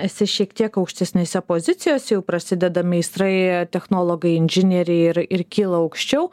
esi šiek tiek aukštesnėse pozicijose jau prasideda meistrai technologai inžinieriai ir ir kyla aukščiau